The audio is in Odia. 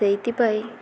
ସେଇଥିପାଇଁ